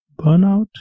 burnout